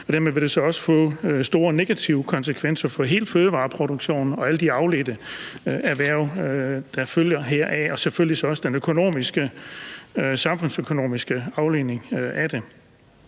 og dermed vil det så også få store negative konsekvenser for hele fødevareproduktionen og alle de afledte erhverv, og selvfølgelig også den samfundsøkonomiske afledning af det.